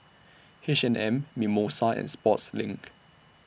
H and M Mimosa and Sportslink